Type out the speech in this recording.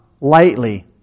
lightly